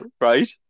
Right